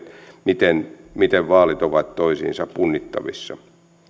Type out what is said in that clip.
miten miten vaalit ovat toisiinsa punnittavissa